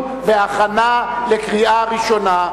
48 בעד, אין מתנגדים, אין נמנעים.